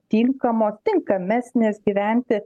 tinkamo tinkamesnės gyventi